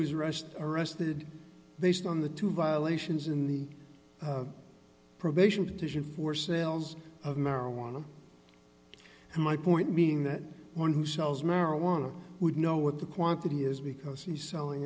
was arrested arrested they said on the two violations in the probation petition for sales of marijuana and my point being that one who sells marijuana would know what the quantity is because he's selling